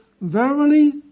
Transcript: Verily